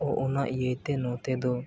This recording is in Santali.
ᱚᱱᱟ ᱤᱭᱟᱹᱛᱮ ᱱᱚᱛᱮ ᱫᱚ